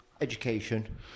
education